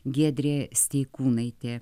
giedrė steikūnaitė